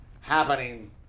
happening